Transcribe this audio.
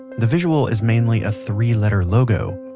the visual is mainly a three-letter logo.